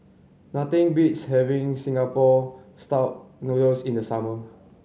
nothing beats having Singapore Style Noodles in the summer